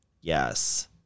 Yes